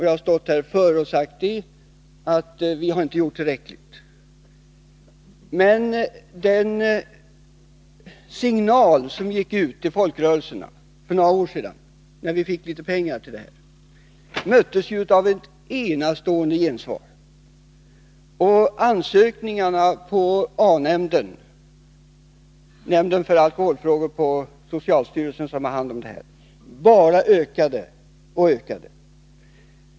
Jag har stått här förr och sagt att vi inte har gjort tillräckligt, men den signal som gick ut till folkrörelserna för några år sedan när vi fick litet pengar till detta möttes ju av ett enastående gensvar. Ansökningarna till A-nämnden — den nämnd för alkoholfrågor på socialstyrelsen som har hand om det här — bara ökade och ökade.